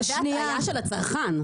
זה הטעיה של הצרכן,